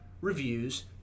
reviews